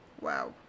Wow